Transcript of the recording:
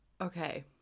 Okay